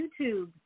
YouTube